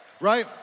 right